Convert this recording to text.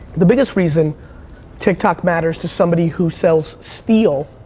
the biggest reason tiktok matters to somebody who sells steel,